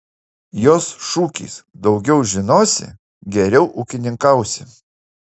jos šūkis daugiau žinosi geriau ūkininkausi